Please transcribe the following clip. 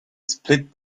split